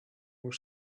were